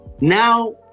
Now